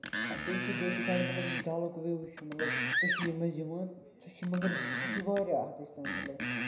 تُہۍ وٕچھِو بیٚیہِ کہِ سایڈٕ مطلب یُس ڈَلُک وِو چھُ مطلب کٔشیٖر منٛز یِوان سُہ چھُ مَگر سُہ چھُ واریاہ حدس تام مطلب